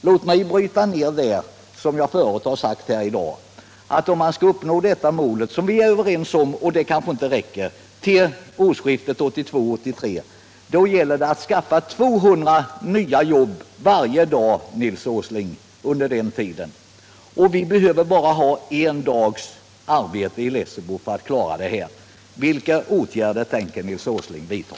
Låt mig säga — och det har jag framhållit tidigare i dag — att om man skall kunna uppnå det målet, som vi är överens om men som kanske inte räcker, till årsskiftet 1982-1983 gäller det, Nils Åsling, att skaffa 200 nya jobb varje dag under den tiden. Vi behöver bara ha en dags arbete i Lessebo för att klara det här. Vilka åtgärder tänker Nils Åsling vidta?